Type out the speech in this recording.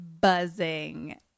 buzzing